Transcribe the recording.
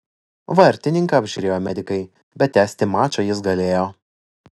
vartininką apžiūrėjo medikai bet tęsti mačą jis galėjo